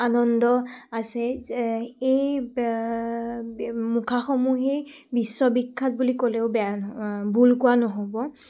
আনন্দ আছে যে এই মুখাসমূহেই বিশ্ববিখ্যাত বুলি ক'লেও বেয়া ভুল কোৱা নহ'ব